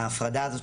- ההפרדה הזאת,